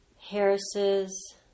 Harris's